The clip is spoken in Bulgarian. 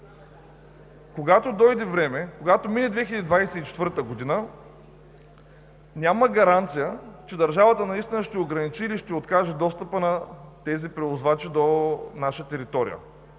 Когато дойде време, когато мине 2024 г., няма гаранция, че държавата наистина ще ограничи или ще откаже достъпа на тези превозвачи до наша територия.